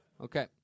Okay